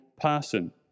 person